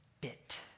bit